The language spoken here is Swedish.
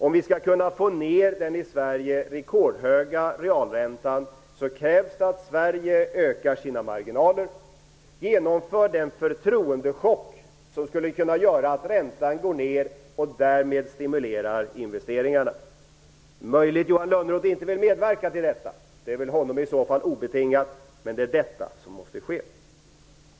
Om vi skall kunna få ned den rekordhöga realräntan i Sverige krävs det att Sverige ökar sina marginaler och genomför den förtroendechock som skulle kunna göra att räntan går ned och därmed stimulerar investeringarna. Det är möjligt att Johan Lönnroth inte vill medverka till detta. I så fall är det väl upp till honom, men det är detta som måste ske.